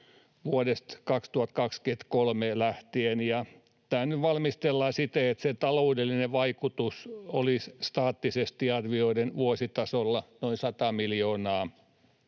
vuodesta 2023 lähtien. Tämä nyt valmistellaan siten, että se taloudellinen vaikutus olisi staattisesti arvioiden vuositasolla noin 100 miljoonaa